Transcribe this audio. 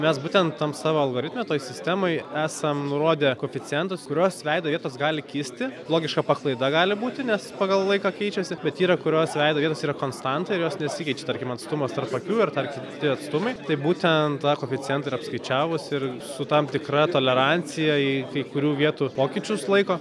mes būtent tam savo algoritme toj sistemoj esam nurodę koeficientus kurios veido vietos gali kisti logiška paklaida gali būti nes pagal laiką keičiasi bet yra kurios veido vietos yra konstanta ir jos nesikeičia tarkim atstumas tarp akių ar tarkim tie atstumai tai būtent tą koeficientą ir apskaičiavus ir su tam tikra tolerancija į kai kurių vietų pokyčius laiko